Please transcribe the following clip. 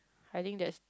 I think there is